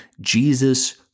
Jesus